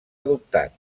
adoptat